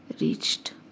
reached